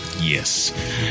Yes